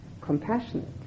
compassionate